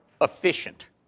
efficient